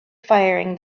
firing